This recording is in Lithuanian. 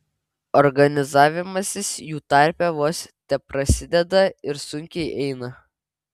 organizavimasis jų tarpe vos teprasideda ir sunkiai eina